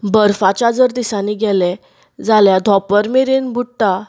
बर्फाच्या जर दिसांनी गेले जाल्यार धोंपर मेरेन बुडटा